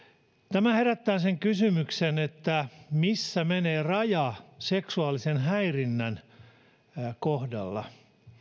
tämä herättää sen kysymyksen missä menee raja seksuaalisen häirinnän kohdalla